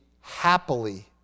happily